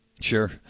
Sure